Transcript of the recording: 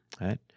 Right